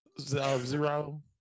zero